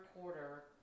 quarter